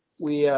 we,